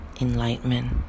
enlightenment